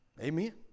Amen